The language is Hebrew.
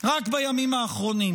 רק בימים האחרונים